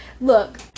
look